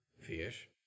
fish